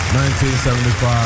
1975